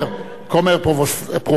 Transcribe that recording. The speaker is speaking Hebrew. כומר פרבוסלבי,